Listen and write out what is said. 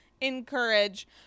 encourage